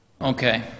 Okay